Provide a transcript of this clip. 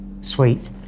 Sweet